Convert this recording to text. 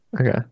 Okay